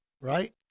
right